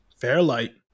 Fairlight